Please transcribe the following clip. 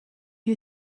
you